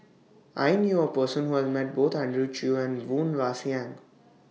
I knew A Person Who has Met Both Andrew Chew and Woon Wah Siang